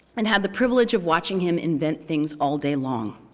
and had the privilege of watching him invent things all day long,